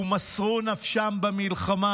ומסרו נפשם במלחמה.